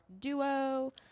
duo